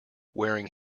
wearing